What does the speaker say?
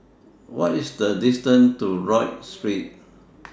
What IS The distance to Rodyk Street